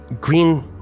green